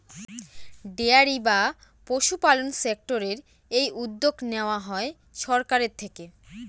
dairy বা পশুপালন সেক্টরের এই উদ্যোগ নেওয়া হয় সরকারের থেকে